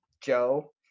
Joe